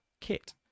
kit